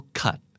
cut